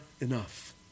enough